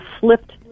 slipped